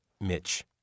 Mitch